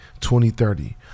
2030